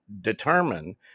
determine